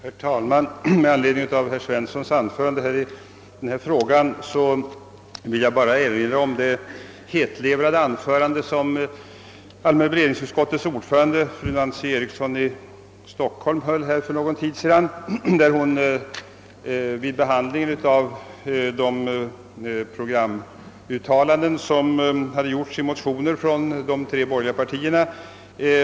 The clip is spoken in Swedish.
Herr talman! Med anledning av herr Svenssons i Kungälv anförande vill jag erinra om det hetlevrade inlägg som allmänna beredningsutskottets ordförande fru Eriksson i Stockholm gjorde för någon tid sedan, när vi behandlade de programuttalanden om miljövårdspolitiken som återfanns i motioner från de tre borgerliga partierna.